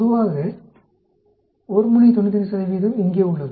பொதுவாக ஒருமுனை 95 இங்கே உள்ளது